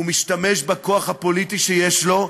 הוא משתמש בכוח הפוליטי שיש לו,